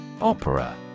Opera